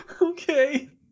Okay